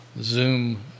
Zoom